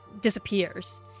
disappears